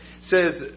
says